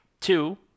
Two